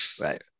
Right